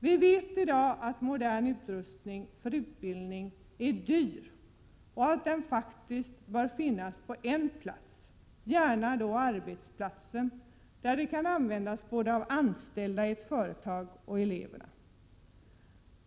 Vi vet att modern utrustning för utbildning är dyr i dag och att den bör finnas på en plats, gärna då arbetsplatsen, där den kan användas både av anställda i ett företag och av eleverna.